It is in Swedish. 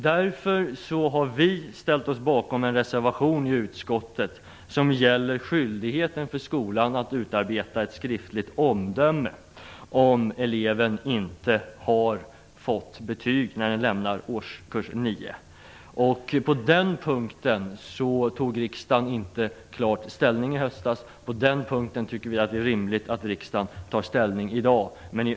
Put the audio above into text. Därför har vi ställt oss bakom en reservation i utskottet som gäller skyldigheten för skolan att utarbeta ett skriftligt omdöme om eleven inte har fått betyg när den lämnar årskurs 9. På den punkten tog riksdagen ingen klar ställning i höstas. Vi tycker att det är rimligt att riksdagen tar ställning på den punkten i dag.